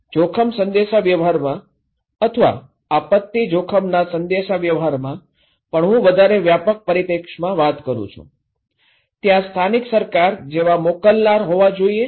તેથી જોખમ સંદેશાવ્યવહારમાં અથવા આપત્તિ જોખમના સંદેશાવ્યવહારમાં પણ હું વધારે વ્યાપક પરિપ્રેક્ષ્યમાં વાત કરું છું ત્યાં સ્થાનિક સરકાર જેવા મોકલનાર હોવા જોઈએ